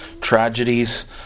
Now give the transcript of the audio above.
tragedies